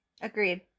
agreed